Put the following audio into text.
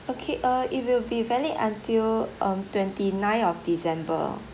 okay uh it will be valid until um twenty nine of december